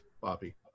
Bobby